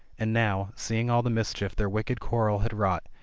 and now, seeing all the mischief their wicked quarrel had wrought,